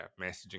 messaging